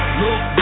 look